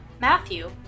Matthew